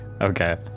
Okay